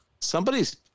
somebody's